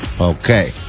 okay